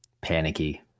panicky